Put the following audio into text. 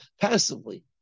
passively